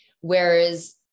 Whereas